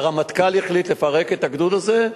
והרמטכ"ל החליט לפרק את הגדוד הזה,